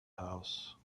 house